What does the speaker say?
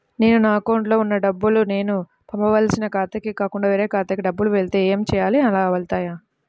నేను నా అకౌంట్లో వున్న డబ్బులు నేను పంపవలసిన ఖాతాకి కాకుండా వేరే ఖాతాకు డబ్బులు వెళ్తే ఏంచేయాలి? అలా వెళ్తాయా?